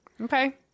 Okay